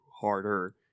harder